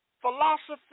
philosophy